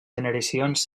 generacions